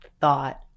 thought